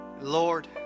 Lord